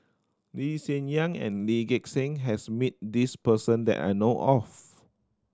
Lee Hsien Yang and Lee Gek Seng has meet this person that I know of